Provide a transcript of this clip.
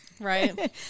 Right